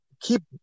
keep